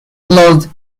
closed